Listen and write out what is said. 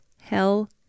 hell